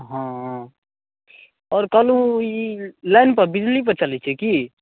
हँ आओर कहलहुँ ई लाइनपर बिजलीपर चलैत छै की